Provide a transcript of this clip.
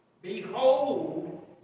Behold